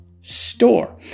Store